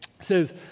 says